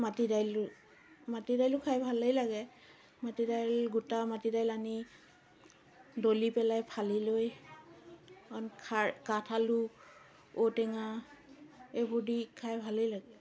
মাটিদাইল মাটিদাইলো খাই ভালেই লাগে মাটিদাইল গোটা মাটিদাইল আনি দলি পেলাই ফালি লৈ অকণ খাৰ কাঠআলু ঔটেঙা এইবোৰ দি খাই ভালেই লাগে